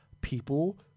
people